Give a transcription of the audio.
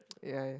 yeah